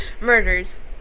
Murders